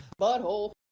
Butthole